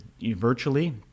virtually